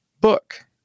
book